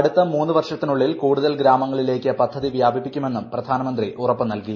അടുത്ത മൂന്നു വർഷത്തിനുള്ളിൽ കൂടുതൽ ഗ്രാമങ്ങളിലേക്ക് പഭ്ധതി വ്യാപിപ്പിക്കുമെന്നും പ്രധാനമന്ത്രി ഉറപ്പുനൽകി